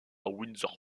windsor